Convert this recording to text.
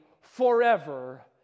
forever